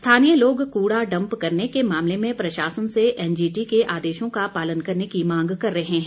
स्थानीय लोग कूड़ा डम्प करने के मामले में प्रशासन से एनजीटी के आदेशों का पालन करने की मांग कर रहे हैं